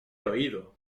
oído